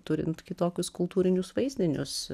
turint kitokius kultūrinius vaizdinius